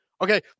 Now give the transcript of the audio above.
Okay